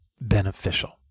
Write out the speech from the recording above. beneficial